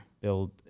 build